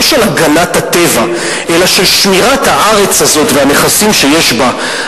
לא של הגנת הטבע אלא של שמירת הארץ הזאת והנכסים שיש בה,